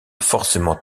forcément